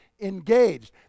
engaged